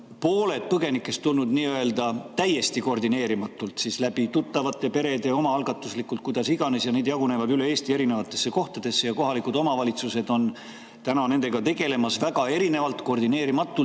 pooled põgenikest tulnud nii-öelda täiesti koordineerimatult tuttavate, perede kaudu, omaalgatuslikult, kuidas iganes. Ja need jagunevad üle Eesti erinevatesse kohtadesse ja kohalikud omavalitsused on täna nendega tegelemas väga erinevalt, koordineerimatult